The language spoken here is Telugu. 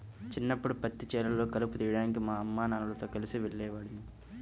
చిన్నప్పడు పత్తి చేలల్లో కలుపు తీయడానికి మా అమ్మానాన్నలతో కలిసి వెళ్ళేవాడిని